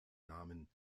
namen